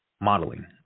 modeling